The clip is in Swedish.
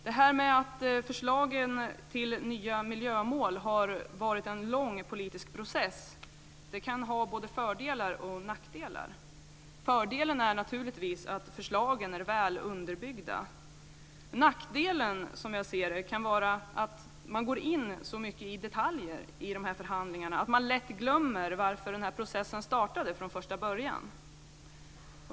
Att det har varit en lång politisk process kring förslagen till nya miljömål kan ha både fördelar och nackdelar. En fördel är naturligtvis att förslagen är väl underbyggda. En nackdel kan, som jag ser det, vara att man går in så mycket i detaljer i de här förhandlingarna att man lätt glömmer varför den här processen startade från första början.